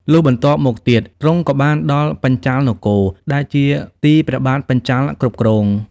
លុះបន្ទាប់មកទៀត ទ្រង់ក៏បានដល់បញ្ចាល៍នគរ ដែលជាទីព្រះបាទបញ្ចាល៍គ្រប់គ្រង។